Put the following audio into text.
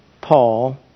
Paul